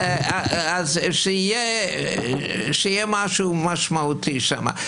שיהיה משהו משמעותי שם.